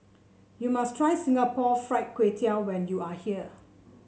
you must try Singapore Fried Kway Tiao when you are here